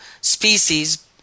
species